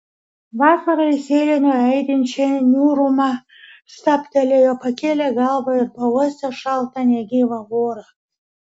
vasara įsėlino į aidinčią niūrumą stabtelėjo pakėlė galvą ir pauostė šaltą negyvą orą